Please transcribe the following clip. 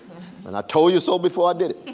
and i told you so before i did it,